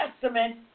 Testament